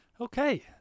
Okay